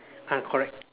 ah correct